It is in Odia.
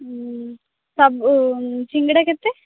ସବୁ ସିଙ୍ଗଡ଼ା କେତେ